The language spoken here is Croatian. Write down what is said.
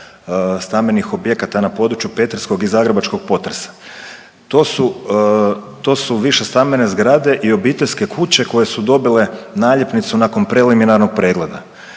stambenih objekata na području petrinjskog i zagrebačkog potresa. To su, to su višestambene zgrade i obiteljske kuće koje su dobile naljepnicu nakon preliminarnog pregleda.